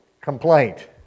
complaint